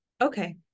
Okay